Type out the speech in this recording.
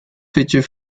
feature